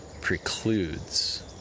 precludes